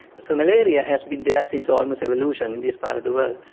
so malaria has been there since almost evolution in this part of the world.